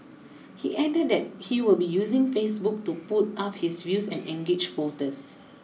he added that he will be using Facebook to put up his views and engage voters